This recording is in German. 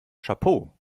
chapeau